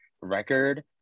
record